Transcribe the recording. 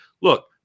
look